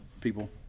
people